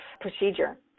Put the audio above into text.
procedure